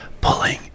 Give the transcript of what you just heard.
pulling